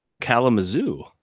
Kalamazoo